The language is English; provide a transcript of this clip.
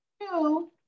Two